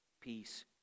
Peace